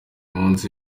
munsi